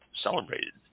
celebrated